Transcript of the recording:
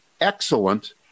excellent